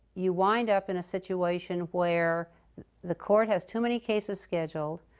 you wind up in a situation where the court has too many cases scheduled,